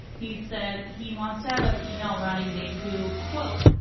he said he wants to have a female running mate who, quote,